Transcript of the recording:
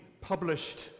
published